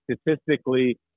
statistically